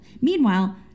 Meanwhile